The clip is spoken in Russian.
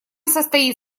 состоит